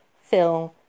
film